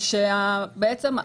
למעשה,